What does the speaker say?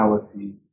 reality